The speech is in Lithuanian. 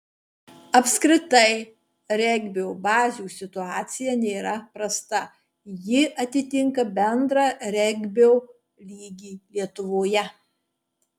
apskritai regbio bazių situacija nėra prasta ji atitinka bendrą regbio lygį lietuvoje